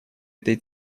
этой